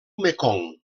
mekong